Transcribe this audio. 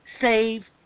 save